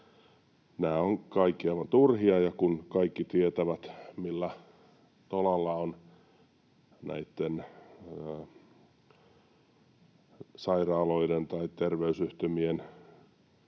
Nämä ovat kaikki aivan turhia, ja kun kaikki tietävät, millä tolalla näitten sairaaloiden tai terveysyhtymien